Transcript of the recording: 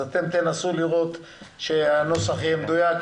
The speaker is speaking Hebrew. אז אתם תנסו לראות שהנוסח יהיה מדויק,